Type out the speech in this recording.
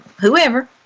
whoever